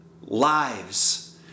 lives